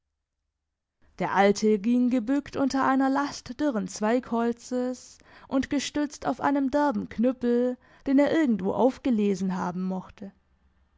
der alte ging gebückt unter einer last dürren zweigholzes und gestützt auf einem derben knüppel den er irgendwo aufgelesen haben mochte